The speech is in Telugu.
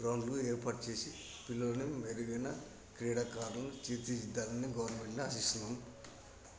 గ్రౌండ్లు ఏర్పాటు చేసి పిల్లలని మెరుగైన క్రీడాకాలను తీర్చిదిద్దాలని గవర్నమెంట్ని ఆశిస్తున్నాను